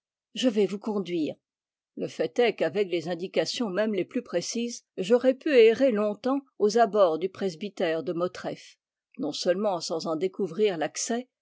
je vais vous conduire le fait est qu'avec les indications même les plus précises j'aurais pu errer longtemps aux abords du presbytère de motreff non seulement sans en découvrir l'accès